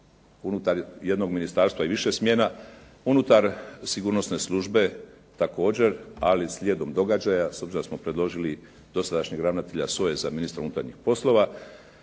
unutar jednog ministarstva i više smjena, unutar sigurnosne službe također, ali slijedom događaja s obzirom da smo predložili dosadašnjeg ravnatelja SOA-e za ministra unutarnjih poslova,